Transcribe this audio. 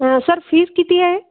sir fees किती आहे